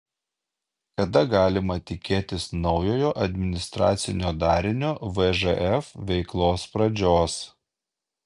kada galima tikėtis naujojo administracinio darinio vžf veiklos pradžios